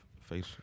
face